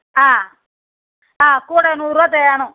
ஆ ஆ கூட நூறுபா வேணும்